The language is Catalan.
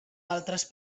altres